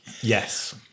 Yes